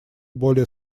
более